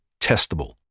testable